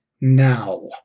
now